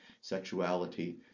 sexuality